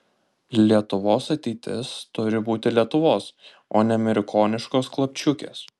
lietuvos ateitis turi būti lietuvos o ne amerikoniškos klapčiukės